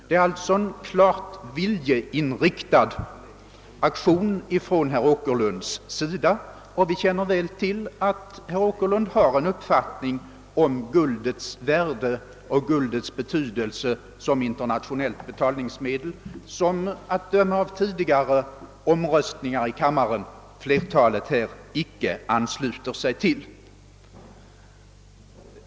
Det är alltså en klart viljeinriktad aktion från herr Åkerlunds sida, och vi känner väl till att han har sin uppfattning om guldets värde och betydelse som internationellt betalningsmedel. Att döma av tidigare omröstningar i kammaren ansluter sig emellertid flertalet här inte till denna uppfattning.